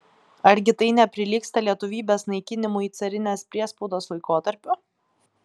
argi tai neprilygsta lietuvybės naikinimui carinės priespaudos laikotarpiu